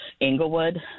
Englewood